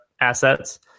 assets